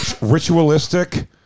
ritualistic